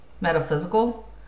Metaphysical